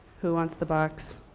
who wants the box?